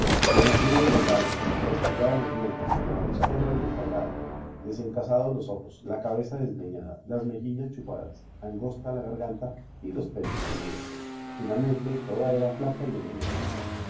arrugadas denegridos los labios traspillados los dientes la nariz corva y entablada desencasados los ojos la cabeza desgreñada la mejillas chupadas angosta la garganta y los pechos sumidos finalmente toda era flaca y endemoniada